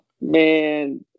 man